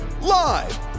Live